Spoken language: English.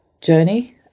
journey